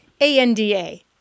A-N-D-A